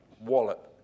wallet